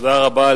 תודה רבה.